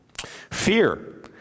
Fear